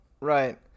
right